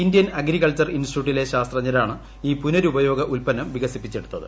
Indian agriculture ഇൻസ്റ്റിറ്റ്യൂട്ടിലെ ശാസ്ത്രജ്ഞരാണ് ഈ പുനരുപയോഗ ഉൽപ്പന്നം വികസിപ്പിച്ചെടുത്തത്